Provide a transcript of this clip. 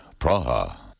Praha